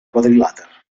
quadrilàter